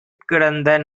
கிடந்த